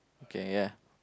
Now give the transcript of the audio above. okay ya